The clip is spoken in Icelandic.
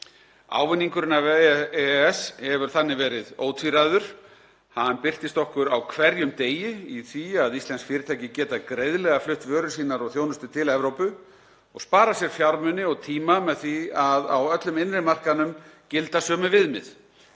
Ávinningurinn af EES hefur þannig verið ótvíræður. Hann birtist okkur á hverjum degi í því að íslensk fyrirtæki geta greiðlega flutt vörur sínar og þjónustu til Evrópu og sparað sér fjármuni og tíma með því að á öllum innri markaðnum gilda sömu viðmið.